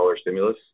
stimulus